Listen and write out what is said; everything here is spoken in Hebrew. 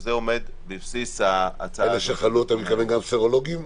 וזה עומד בבסיס ההצעה --- אלה שחלו אתה מתכוון גם לסרולוגים?